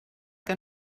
que